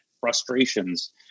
frustrations